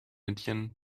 indian